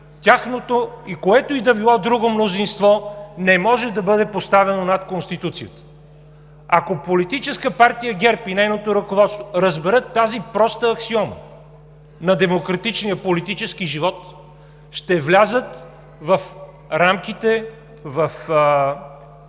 тяхното и което и да било друго мнозинство не може да бъде поставяно над Конституцията. Ако Политическа партия ГЕРБ и нейното ръководство разберат тази проста аксиома на демократичния политически живот, ще влязат в рамките, в